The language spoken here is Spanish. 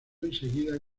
enseguida